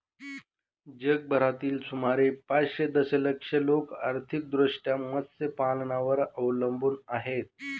जगभरातील सुमारे पाचशे दशलक्ष लोक आर्थिकदृष्ट्या मत्स्यपालनावर अवलंबून आहेत